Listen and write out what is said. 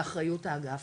באחריות האגף